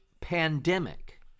pandemic